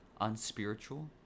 unspiritual